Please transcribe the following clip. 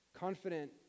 Confident